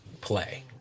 play